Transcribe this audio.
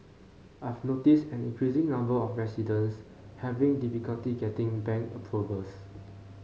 I've noticed an increasing number of residents having difficulty getting bank approvals